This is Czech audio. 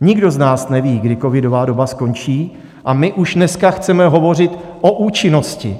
Nikdo z nás neví, kdy covidová doba skončí, a my už dneska chceme hovořit o účinnosti.